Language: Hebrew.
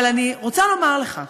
אבל אני רוצה לומר לך,